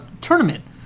tournament